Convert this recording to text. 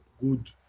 good